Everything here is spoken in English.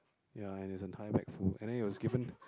ya and it's an entire bag full and then it was given